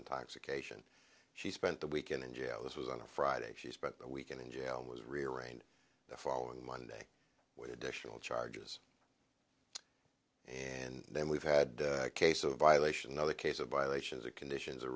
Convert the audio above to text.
intoxication she spent the weekend in jail this was on a friday she spent the weekend in jail was rearranged the following monday with additional charges and then we've had a case of violation other case of violations of conditions a re